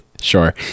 Sure